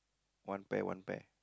one pair one pair